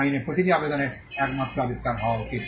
আইনে প্রতিটি আবেদনের একমাত্র আবিষ্কার হওয়া উচিত